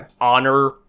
honor